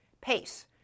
Pace